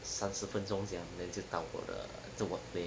三十分钟这样 then 就到我的的 workplace